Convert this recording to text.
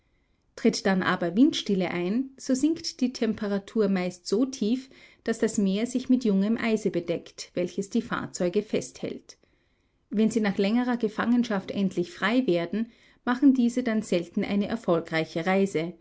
tritt dann aber windstille ein so sinkt die temperatur meist so tief daß das meer sich mit jungem eise bedeckt welches die fahrzeuge festhält wenn sie nach längerer gefangenschaft endlich freiwerden machen diese dann selten eine erfolgreiche reise